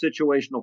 situational